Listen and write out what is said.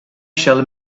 shall